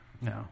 No